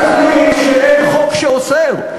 בג"ץ החליט שאין חוק שאוסר,